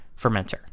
fermenter